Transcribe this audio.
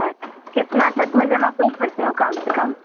हाँ कितना तक मैं जमा कर सकती हूँ कम से कम